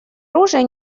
оружия